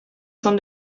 són